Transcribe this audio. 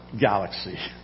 galaxy